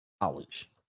College